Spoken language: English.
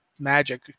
magic